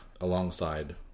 alongside